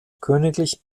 königlich